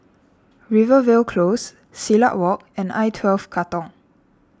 Rivervale Close Silat Walk and I twelve Katong